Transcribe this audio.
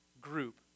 group